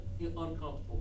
uncomfortable